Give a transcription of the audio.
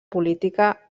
política